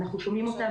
אנחנו שומעים אותם,